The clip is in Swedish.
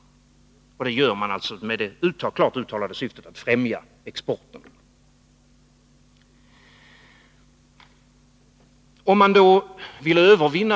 Det gör man alltså med det klart uttalade syftet att främja exporten.